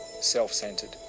self-centered